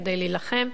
כדי להילחם,